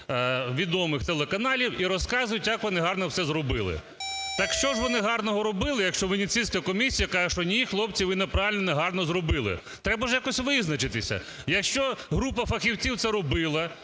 відомих телеканалів і розказують, як вони гарно все зробили. Так що ж вони гарного робили, якщо Венеційська комісія каже, що ні, хлопці, ви неправильно, негарно робили? Треба ж якось визначитися. Якщо група фахівців це робила